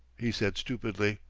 he said stupidly.